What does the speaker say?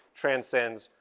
transcends